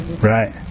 Right